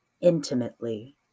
Intimately